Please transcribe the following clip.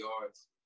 yards